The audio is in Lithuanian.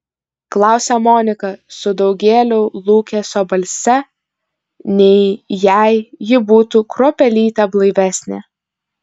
klausia monika su daugėliau lūkesio balse nei jei ji būtų kruopelytę blaivesnė